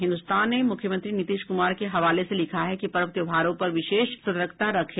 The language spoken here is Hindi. हिन्दुस्तान ने मुख्यमंत्री नीतीश कुमार के हवाले से लिखा है पर्व त्योहारों पर विशेष सतर्कता रखें